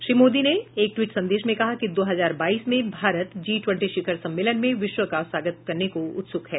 श्री मोदी ने एक ट्वीट संदेश में कहा कि दो हजार बाईस में भारत जी ट्वेन्टी शिखर सम्मेलन में विश्व का स्वागत करने को उत्सुक है